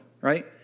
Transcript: right